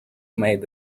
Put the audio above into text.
made